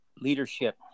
leadership